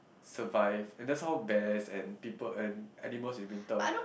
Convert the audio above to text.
survive and that is how bears and people and animals in winter